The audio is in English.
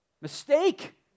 mistake